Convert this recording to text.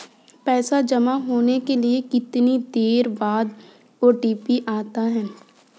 पैसा जमा होने के कितनी देर बाद ओ.टी.पी आता है?